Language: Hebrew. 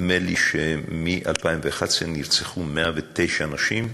נדמה לי שמ-2011 נרצחו 109 נשים,